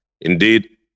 Indeed